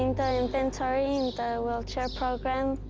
and inventory in the wheelchair program.